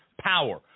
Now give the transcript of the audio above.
power